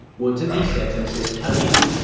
what do these sentences tell you?